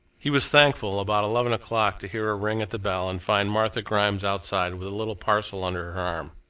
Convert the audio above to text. he was thankful, about eleven o'clock, to hear a ring at the bell and find martha grimes outside with a little parcel under her arm.